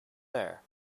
there